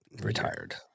retired